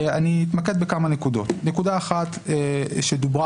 אתמקד בכמה נקודות: נקודה אחת שדוברה